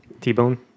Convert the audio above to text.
t-bone